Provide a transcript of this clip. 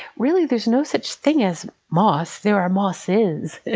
really there's no such thing as moss, there are mosses.